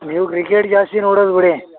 ನೀವು ಕ್ರಿಕೆಟ್ ಜಾಸ್ತಿ ನೋಡೋದು ಬಿಡಿ